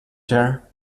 chair